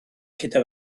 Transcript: gyda